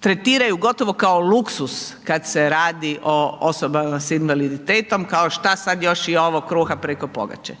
tretiraju gotovo kao luksuz kad se radi o osobama s invaliditetom, kao šta sad još i ovo, kruha preko pogače.